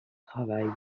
travail